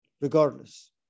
regardless